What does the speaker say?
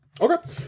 Okay